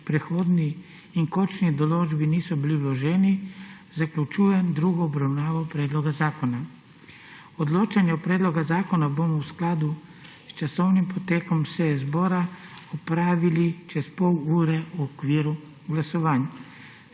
prehodni in končni določbi niso bili vloženi, zaključujem drugo obravnavopredloga zakona. Odločanje o predlogu zakona bomo v skladu s časovnim potekom seje zbora opravili čez pol ure v okviru glasovanj.